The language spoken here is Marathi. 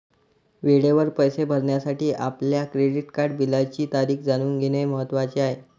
वेळेवर पैसे भरण्यासाठी आपल्या क्रेडिट कार्ड बिलाची तारीख जाणून घेणे महत्वाचे आहे